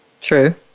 True